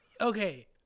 Okay